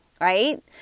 right